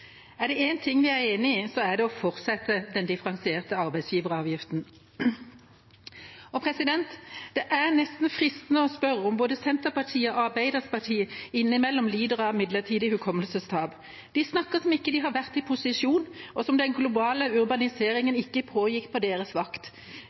Er det én ting vi er enig i, er det å fortsette den differensierte arbeidsgiveravgiften. Det er nesten fristende å spørre om både Senterpartiet og Arbeiderpartiet innimellom lider av midlertidig hukommelsestap. De snakker som om de ikke har vært i posisjon, og som om den globale urbaniseringen